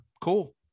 cool